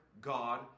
God